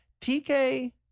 TK